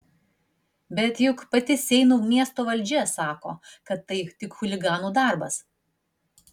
bet juk pati seinų miesto valdžia sako kad tai tik chuliganų darbas